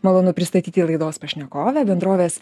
malonu pristatyti laidos pašnekovę bendrovės